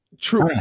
true